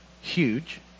Huge